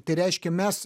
tai reiškia mes